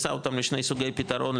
מכניסה אותם לשני סוגי פתרון,